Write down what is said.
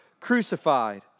crucified